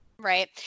Right